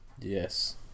Yes